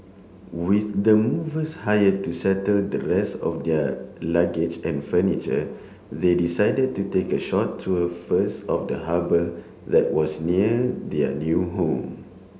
with the movers hired to settle the rest of their luggage and furniture they decided to take a short tour first of the harbour that was near their new home